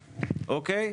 אוקיי?